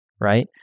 right